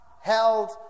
held